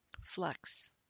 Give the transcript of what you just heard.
Flex